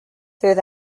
through